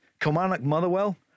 Kilmarnock-Motherwell